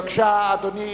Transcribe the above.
בבקשה, אדוני,